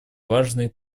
важной